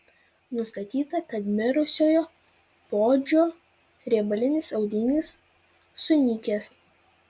nustatyta kad mirusiojo poodžio riebalinis audinys sunykęs